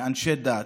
לאנשי דת